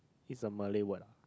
is a Malay word ah